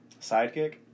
Sidekick